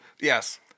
Yes